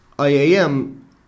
IAM